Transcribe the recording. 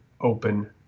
open